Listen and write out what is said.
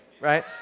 right